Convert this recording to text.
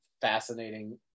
fascinating